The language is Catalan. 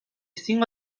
cinc